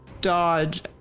Dodge